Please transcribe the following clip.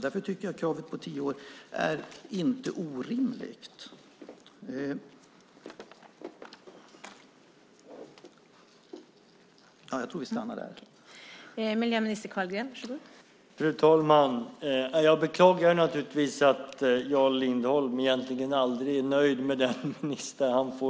Därför är kravet på tio år inte orimligt. Jag tror jag stannar där.